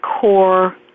core